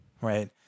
right